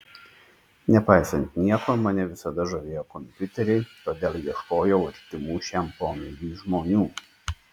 nepaisant nieko mane visada žavėjo kompiuteriai todėl ieškojau artimų šiam pomėgiui žmonių